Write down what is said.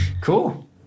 cool